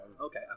Okay